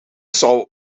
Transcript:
zou